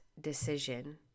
decision